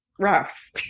Rough